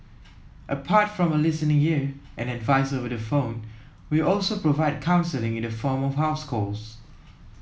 apart from a listening ear and advice over the phone we also provide counselling in the form of house calls